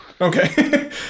Okay